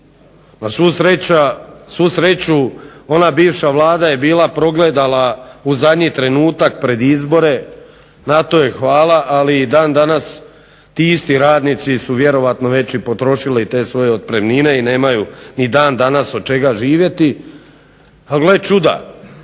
Na svu sreću ona bivša Vlada je bila progledala u zadnji trenutak pred izbore. Na to joj hvala. Ali dan danas ti isti radnici su vjerojatno već i potrošili te svoje otpremnine i nemaju ni dan danas od čega živjeti. Ali gle čuda!